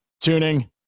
tuning